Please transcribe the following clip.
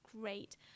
great